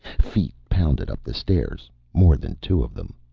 feet pounded up the stairs, more than two of them.